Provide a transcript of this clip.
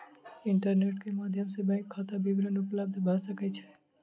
internet के माध्यम सॅ बैंक खाता विवरण उपलब्ध भ सकै छै